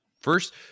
First